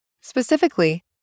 Specifically